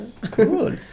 cool